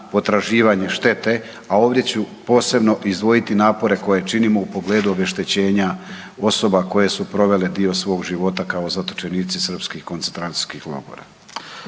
potraživanje štete, a ovdje ću posebno izdvojiti napore koje činimo u pogledu obeštećenja osoba koje su provele dio svog života kao zatočenici srpskih koncentracijskih logora.